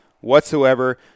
whatsoever